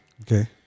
Okay